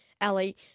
Ali